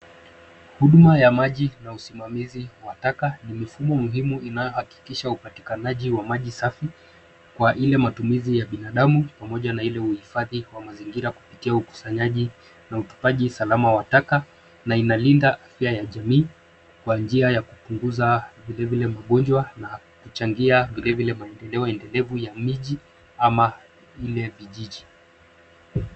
Huduma ya maji na usimamizi wa taka ni mifumo muhimu inayohakikisha upatikanaji wa maji safi kwa ile matumizi ya binadamu, pamoja na ile uhifadhi wa mazingira kupitia ukusanyaji na utupaji salama wa taka, na inalinda afya ya jamii kwa njia ya kupunguza vile vile magonjwa na kuchangia vile vile maendeleo endelevu ya miji ama ile vijiji.